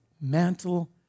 mantle